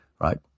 right